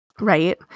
right